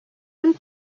ein